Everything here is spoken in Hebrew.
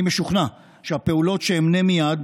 אני משוכנע שהפעולות שאמנה מייד,